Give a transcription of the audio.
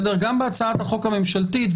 גם בהצעת החוק הממשלתית,